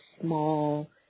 small